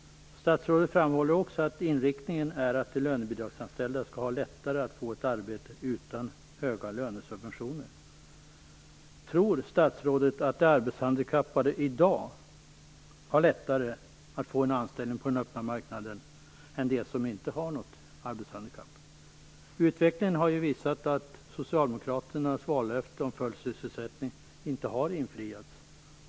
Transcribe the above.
Statsrådet framhöll också att inriktningen är att de lönebidragsanställda skall ha lättare att få ett arbete utan höga lönesubventioner. Tror statsrådet att de arbetshandikappade i dag har lättare att få en anställning på den öppna marknaden än de som inte har något arbetshandikapp? Utvecklingen har ju visat att Socialdemokraternas vallöfte om full sysselsättning inte har infriats.